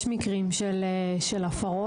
יש מקרים של הפרות.